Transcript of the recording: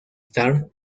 star